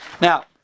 Now